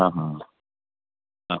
ହଁ ହଁ ହଁ